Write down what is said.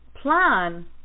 plan